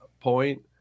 point